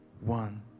one